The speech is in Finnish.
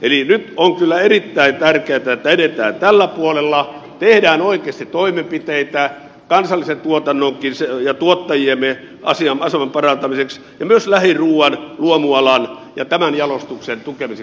eli nyt on kyllä erittäin tärkeätä että edetään tällä puolella tehdään oikeasti toimenpiteitä kansallisen tuotannonkin ja tuottajiemme aseman parantamiseksi ja myös lähiruuan luomualan ja tämän jalostuksen tukemiseksi samalla